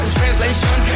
translation